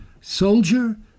soldier